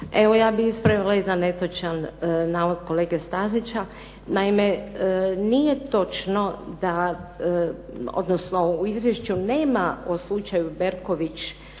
Evo ja bih ispravila jedan netočan navod kolege Stazića. Naime, nije točno, odnosno u izvješću nema o slučaju Berković